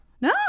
No